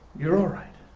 you're all right,